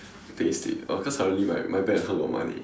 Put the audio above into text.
pay slip uh cause currently my my bank account got money